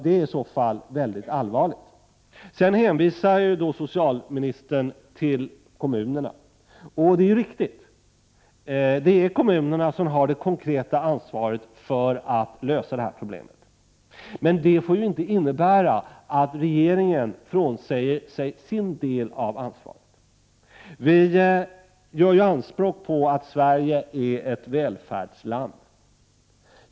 Det är i så fall allvarligt. Socialministern hänvisar till kommunerna. Det är riktigt — det är kommunerna som har det konkreta ansvaret för att lösa de här problemen. Men det får inte innebära att regeringen frånsäger sig sin del av ansvaret. Vi gör ju anspråk på att Sverige är ett välfärdsland.